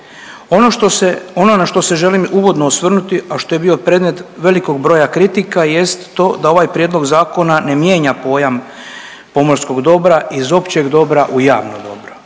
Ono na što se želim uvodno osvrnuti, a što je bio predmet velikog broja kritika jest to da ovaj prijedlog zakona ne mijenja pojam pomorskog dobra iz općeg dobra u javno dobro.